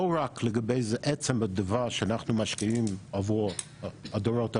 לא רק לגבי עצם הדבר שאנחנו משקיעים עבור הדורות הבאים,